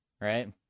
Right